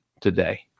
today